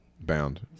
Bound